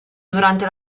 durante